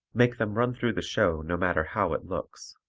make them run through the show no matter how it looks.